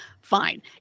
fine